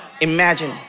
imagine